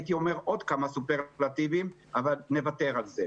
הייתי אומר עוד כמה סופרלטיבים אבל נוותר עליהן.